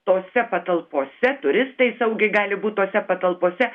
tose patalpose turistai saugiai gali būt tose patalpose